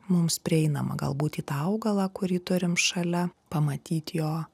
mums prieinama galbūt į tą augalą kurį turim šalia pamatyt jo